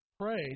Pray